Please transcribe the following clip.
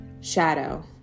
shadow